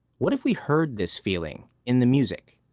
what if we heard this feeling in the music?